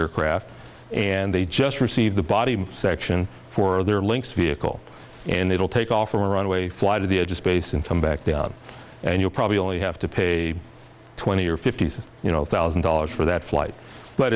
aircraft and they just receive the body section for their links vehicle and it'll take off from runway fly to the edge of space and come back the out and you'll probably only have to pay twenty or fifty you know thousand dollars for that flight but